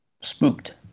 spooked